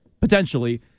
potentially